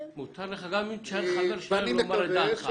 מותר לך גם אם תישאר חבר שלהם לומר את דעתך.